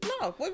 No